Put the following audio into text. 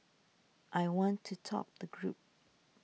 I want to top the group